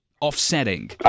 offsetting